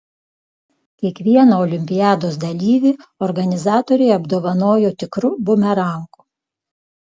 kiekvieną olimpiados dalyvį organizatoriai apdovanojo tikru bumerangu